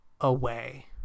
away